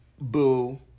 Boo